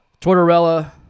Tortorella